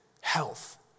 health